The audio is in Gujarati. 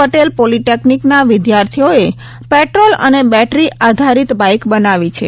પટેલ પોલીટેકનીકના વિદ્યાર્થીઓએ પેટ્રોલ અને બેટરી આધારીત બાઇક બનાવી છે